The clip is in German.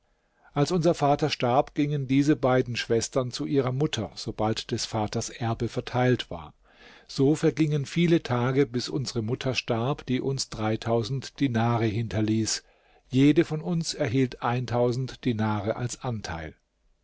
als unser vater starb gingen diese beiden schwestern zu ihrer mutter sobald des vaters erbe verteilt war so vergingen viele tage bis unsere mutter starb die uns dinare hinterließ jede von uns erhielt dinare als anteil